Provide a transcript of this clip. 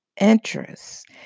interest